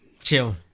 Chill